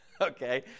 Okay